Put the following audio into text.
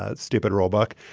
ah stupid roebuck.